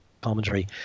commentary